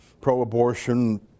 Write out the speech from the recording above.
pro-abortion